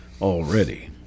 already